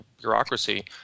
bureaucracy